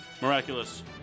miraculous